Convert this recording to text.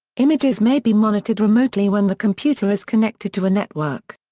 images may be monitored remotely when the computer is connected to a network.